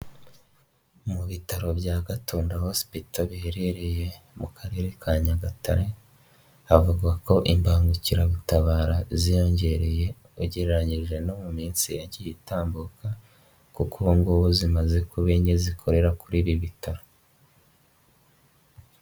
Mu bitaro bya Gatunda Hospital biherereye mu Karere ka Nyagatare havugwa ko imbangukiragutabara ziyongereye ugereranyije no mu minsi yagiye itambuka kuko ubu ngubu zimaze kuba inye zikorera kuri ibi bitaro.